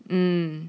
mm